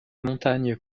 montagne